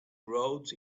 roads